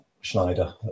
Schneider